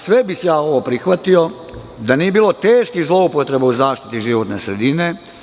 Sve bih ja ovo prihvatio da nije bilo teških zloupotreba u zaštiti životne sredine.